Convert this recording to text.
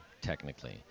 technically